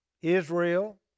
Israel